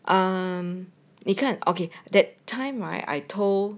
啊你看 okay that time right I told